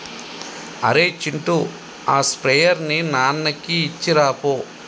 అరేయ్ చింటూ ఆ స్ప్రేయర్ ని నాన్నకి ఇచ్చిరాపో